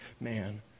man